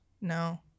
No